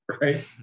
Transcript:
right